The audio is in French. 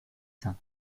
seins